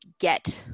get